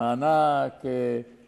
שהוציא תשקיף